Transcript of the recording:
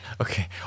okay